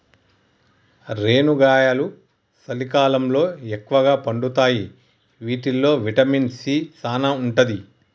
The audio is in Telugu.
రేనుగాయలు సలికాలంలో ఎక్కుగా పండుతాయి వీటిల్లో విటమిన్ సీ సానా ఉంటది